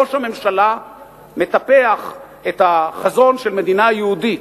ראש הממשלה מטפח את החזון של מדינה יהודית,